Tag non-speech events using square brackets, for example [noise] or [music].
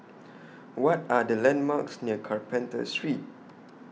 [noise] What Are The landmarks near Carpenter Street